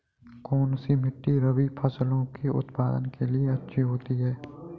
कौनसी मिट्टी रबी फसलों के उत्पादन के लिए अच्छी होती है?